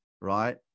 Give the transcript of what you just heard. right